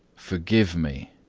forgive me!